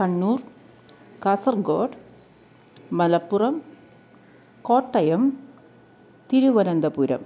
Kannur Kasaragod Malappuram Kottayam Thiruvananthapuram